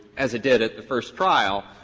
as it did at the first trial,